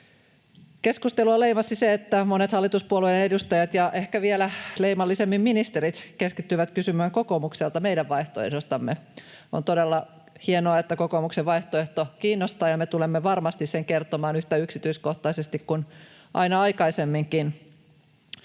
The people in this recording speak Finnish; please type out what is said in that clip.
Keskustelua leimasi se, että monet hallituspuolueiden edustajat ja ehkä vielä leimallisemmin ministerit keskittyivät kysymään kokoomukselta meidän vaihtoehdostamme. On todella hienoa, että kokoomuksen vaihtoehto kiinnostaa, ja me tulemme varmasti sen kertomaan yhtä yksityiskohtaisesti kuin aina aikaisemminkin.